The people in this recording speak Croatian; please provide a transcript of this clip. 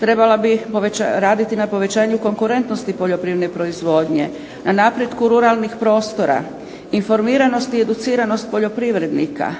trebalo bi raditi na povećanju konkurentnosti poljoprivredne proizvodnje, na napretku ruralnih prostora, informiranost i educiranost poljoprivrednika,